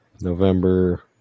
November